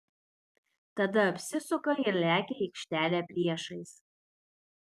tada apsisuka ir lekia į aikštelę priešais